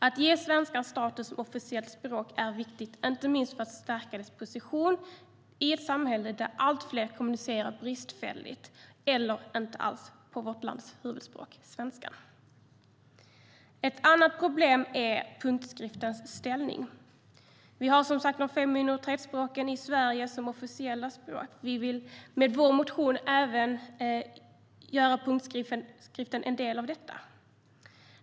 Att ge svenskan status som officiellt språk är viktigt, inte minst för att stärka dess position i ett samhälle där allt fler kommunicerar bristfälligt eller inte alls på vårt lands huvudspråk, svenska. Ett annat problem är punktskriftens ställning. De fem minoritetsspråken är som sagt officiella språk i Sverige. Vi vill med vår motion göra även punktskriften till en del av dessa.